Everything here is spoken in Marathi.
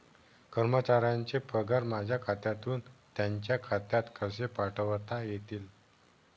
कर्मचाऱ्यांचे पगार माझ्या खात्यातून त्यांच्या खात्यात कसे पाठवता येतील?